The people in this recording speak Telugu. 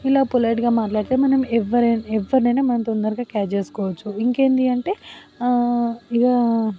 ఇలా పొలైట్గా మాట్లాడితే మనం ఎవరినైనా తొందరగా మనం క్యాచ్ చేసుకోవచ్చు ఇంకేంటి అంటే ఇగ